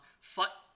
fut